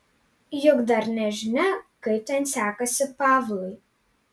juk dar nežinia kaip ten sekasi pavlui